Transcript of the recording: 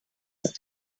stuff